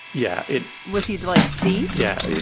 yeah, it was. he's like, see? yeah yeah.